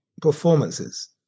performances